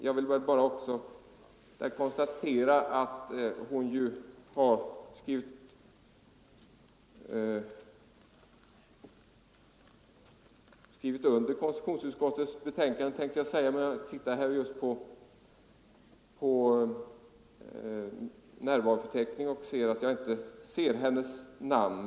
Jag tänkte säga att hon ju skrivit under konstitutionsutskottets betänkande, men när jag tittar på närvaroförteckningen ser jag att hennes namn inte finns med där.